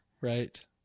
Right